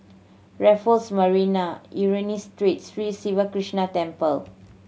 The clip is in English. Raffles Marina Ernani Street Sri Siva Krishna Temple